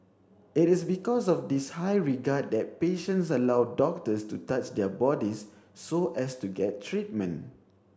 it is because of this high regard that patients allow doctors to touch their bodies so as to get treatment